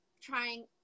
trying